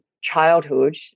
childhood